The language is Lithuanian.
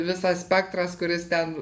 visas spektras kuris ten